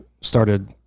started